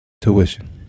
tuition